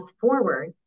forward